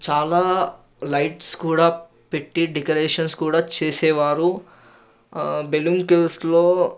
చాలా లైట్స్ కూడా పెట్టి డెకరేషన్స్ కూడా చేసేవారు బెలూమ్ కేవ్స్ లో